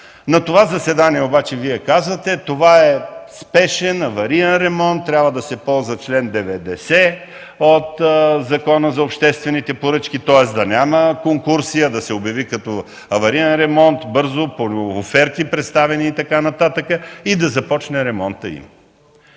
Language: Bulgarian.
На това заседание обаче Вие казвате: това е спешен авариен ремонт, трябва да се ползва чл. 90 от Закона за обществените поръчки, тоест да няма конкурси, а да се обяви като авариен ремонт бързо по представени оферти и така нататък и да започне ремонтът им.